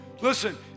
listen